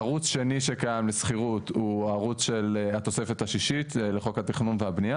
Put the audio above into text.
ערוץ שני שקיים לשכירות הוא ערוץ התוספת השישית לחוק התכנון והבניה